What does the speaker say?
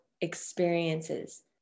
experiences